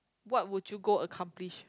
what would you go accomplish